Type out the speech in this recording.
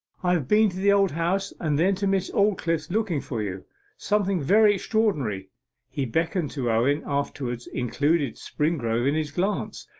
i have been to the old house, and then to miss aldclyffe's looking for you something very extraordinary he beckoned to owen, afterwards included springrove in his glance,